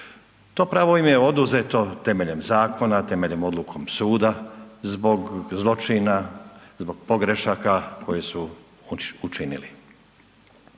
To pravo im je oduzeto temeljem zakona, temeljem odlukom suda zbog zločina, zbog pogrešaka koje su učinili.